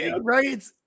right